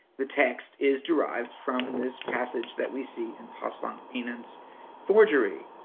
the text is derived from this passage that we see in pasch van krienen's forgery.